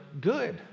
good